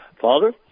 Father